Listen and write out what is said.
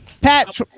pat